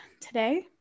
today